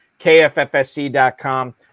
kffsc.com